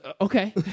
okay